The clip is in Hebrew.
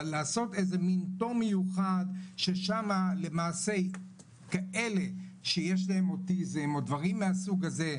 אבל לעשות תור מיוחד ששם למעשה כאלה שיש להם אוטיזם או דברים מהסוג הזה,